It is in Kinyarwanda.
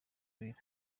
abira